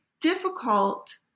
difficult